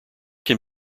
can